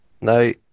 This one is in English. No